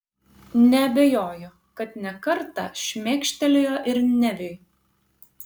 neabejojau kad ne kartą šmėkštelėjo ir neviui